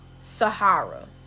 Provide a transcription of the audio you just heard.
sahara